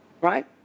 Right